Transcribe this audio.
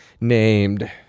named